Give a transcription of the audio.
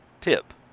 tip